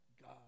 God